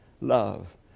Love